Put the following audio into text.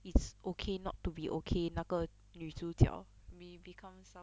it's okay not to be okay 那个女主角 may become some